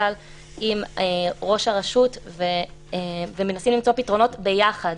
כלל עם ראש הרשות ומנסים למצוא פתרונות ביחד.